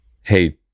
hey